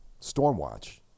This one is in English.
Stormwatch